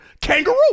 kangaroo